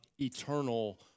eternal